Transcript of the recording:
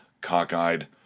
cockeyed